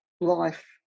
life